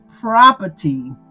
property